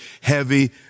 heavy